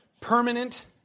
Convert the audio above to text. permanent